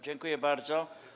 Dziękuję bardzo.